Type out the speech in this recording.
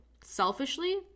selfishly